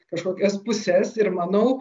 kažkokias puses ir manau